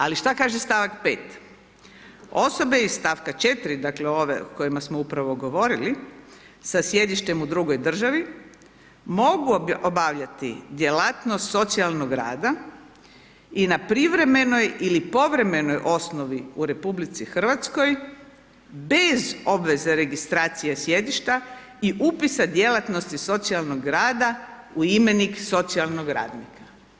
Ali šta kaže st. 5. osobe iz st. 4., dakle, o kojima smo upravo govorili sa sjedištem u drugoj državi, mogu obavljati djelatnost socijalnog rada i na privremenoj ili povremenoj osnovi u RH bez obveze registracije sjedišta i upisa djelatnosti socijalnog rada u imenik socijalnog radnika.